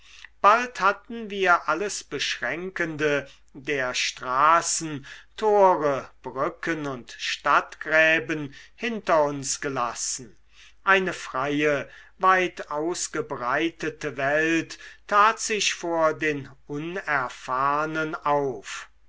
bald hatten wir alles beschränkende der straßen tore brücken und stadtgräben hinter uns gelassen eine freie weitausgebreitete welt tat sich vor den unerfahrnen auf